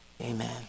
Amen